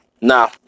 Now